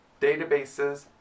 databases